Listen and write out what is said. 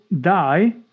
die